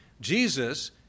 Jesus